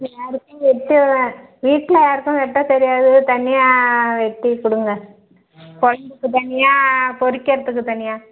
யாருக்கும் வெட்டுவேன் வீட்டில் யாருக்கும் வெட்ட தெரியாது தனியாக வெட்டி கொடுங்க குழம்புக்கு தனியாக பொரிக்கிறத்துக்கு தனியாக